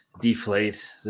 deflate